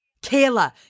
Kayla